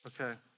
Okay